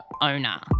owner